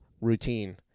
routine